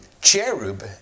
cherub